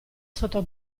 sotto